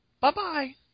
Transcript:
Bye-bye